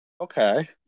Okay